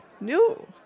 New